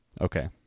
Okay